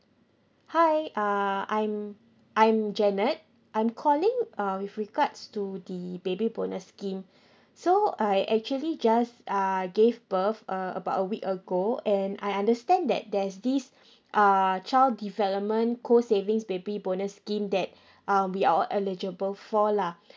hi uh I'm I'm janet I'm calling uh with regards to the baby bonus scheme so I actually just uh gave birth uh about a week ago and I understand that there's this uh child development call savings baby bonus scheme that uh we are all eligible for lah